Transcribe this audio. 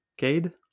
Kade